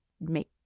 make